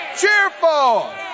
Cheerful